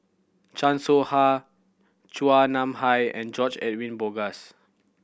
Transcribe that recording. Chan Soh Ha Chua Nam Hai and George Edwin Bogaars